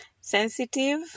sensitive